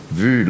vu